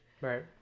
Right